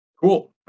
Cool